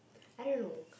I don't know